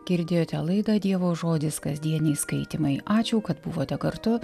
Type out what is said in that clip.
girdėjote laidą dievo žodis kasdieniai skaitymai ačiū kad buvote kartu